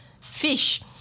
fish